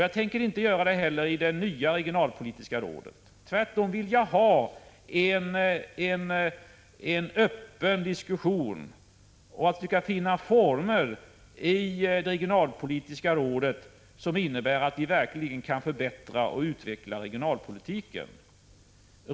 Jag tänker inte heller göra det i det nya regionalpolitiska rådet. Tvärtom vill jag ha en öppen diskussion, så att vi kan finna former i det regionalpolitiska rådet som innebär att vi verkligen kan förbättra och utveckla regionalpolitiken.